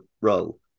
role